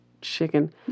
chicken